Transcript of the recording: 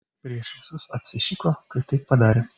prieš visus apsišiko kai taip padarė